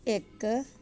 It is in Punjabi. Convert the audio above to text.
ਇੱਕ